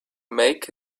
make